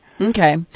Okay